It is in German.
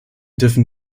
dürfen